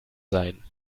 sein